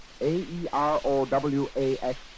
A-E-R-O-W-A-X